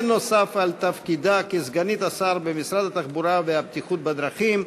נוסף על תפקידה כסגנית שר במשרד התחבורה והבטיחות בדרכים.